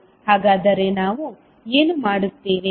ಹಾಗಾದರೆ ನಾವು ಏನು ಮಾಡುತ್ತೇವೆ